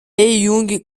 young